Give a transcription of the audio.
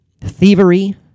thievery